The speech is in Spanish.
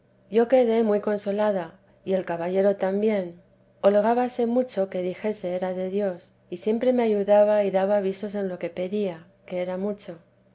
yo quedé muy consolada y el caballero también holgábase mucho que dijese era de dios y siempre me ayudaba y daba avi en lo que pedía que era mucho